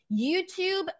YouTube